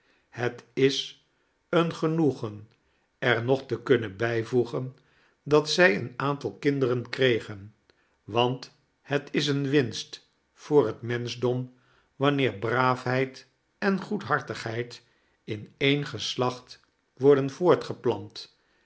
het is een genoegen er nog te kunnen bijvoegen dat zij een aantal kinderen kregen want het is eene winst voor het menschdom wanneer braafheid en goedhartigheid in een geslacht worden